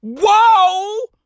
Whoa